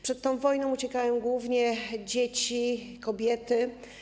Przed tą wojną uciekają głównie dzieci, kobiety.